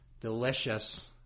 delicious